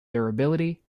durability